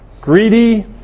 greedy